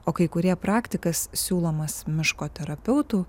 o kai kurie praktikas siūlomas miško terapeutų